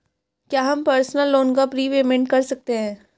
क्या हम personal loan का प्रीपेमेंट कर सकते हैं?